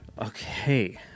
Okay